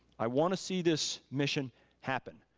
i wanna see this mission happen.